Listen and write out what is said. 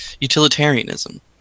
Utilitarianism